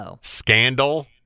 Scandal